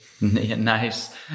Nice